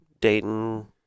Dayton